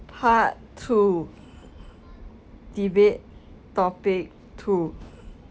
part two debate topic two